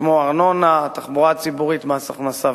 כמו ארנונה, תחבורה ציבורית ומס הכנסה.